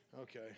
Okay